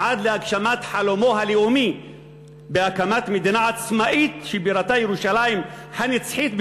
עד להגשמת חלומו הלאומי בהקמת מדינה עצמאית שבירתה ירושלים הנצחית,